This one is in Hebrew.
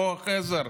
כוח עזר.